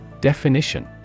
Definition